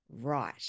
right